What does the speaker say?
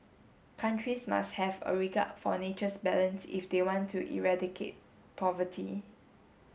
countries must have a regard for nature's balance if they want to eradicate poverty